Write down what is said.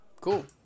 Cool